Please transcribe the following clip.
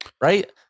Right